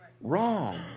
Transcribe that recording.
Wrong